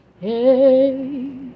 Hey